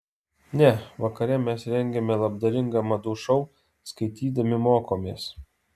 ne vakare mes rengiame labdaringą madų šou skaitydami mokomės